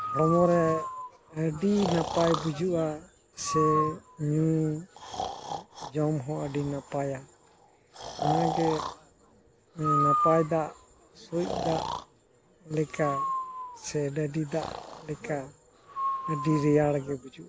ᱦᱚᱲᱢᱚ ᱨᱮ ᱟᱹᱰᱤ ᱱᱟᱯᱟᱭ ᱵᱩᱡᱷᱟᱹᱜᱼᱟ ᱥᱮ ᱧᱩ ᱡᱚᱢ ᱦᱚᱸ ᱟᱹᱰᱤ ᱱᱟᱯᱟᱭᱟ ᱚᱱᱟᱜᱮ ᱱᱟᱯᱟᱭ ᱫᱟᱜ ᱥᱩᱡ ᱫᱟᱜ ᱞᱮᱠᱟ ᱥᱮ ᱰᱟᱹᱰᱤ ᱫᱟᱜ ᱞᱮᱠᱟ ᱟᱹᱰᱤ ᱨᱮᱭᱟᱲᱜᱮ ᱵᱩᱡᱩᱜᱼᱟ